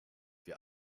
wir